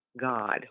God